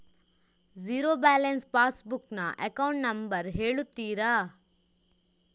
Zero balance passbook ನ account number ಹೇಳುತ್ತೀರಾ?